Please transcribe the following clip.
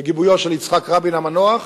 בגיבויו של יצחק רבין המנוח,